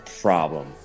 problem